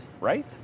right